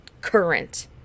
current